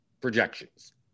projections